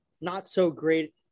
not-so-great –